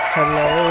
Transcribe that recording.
Hello